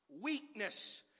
weakness